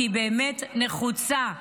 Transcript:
כי היא באמת נחוצה.